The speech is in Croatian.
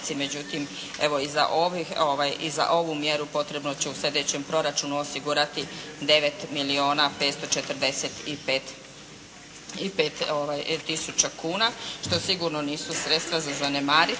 Međutim, evo i za ovu mjeru potrebno će u sljedećem proračunu osigurati 9 milijuna 545 tisuća kuna što sigurno nisu sredstva za zanemariti.